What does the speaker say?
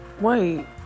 Wait